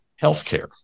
healthcare